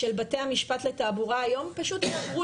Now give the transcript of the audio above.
של בתי המשפט לתעבורה היום פשוט יעברו